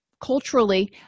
culturally